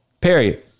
period